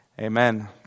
Amen